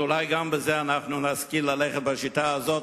אז אולי גם בזה נשכיל ללכת בשיטה הזאת